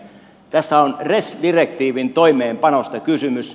tässä on res direktiivin toimeenpanosta kysymys